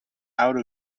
out